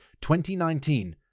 2019